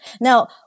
Now